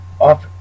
up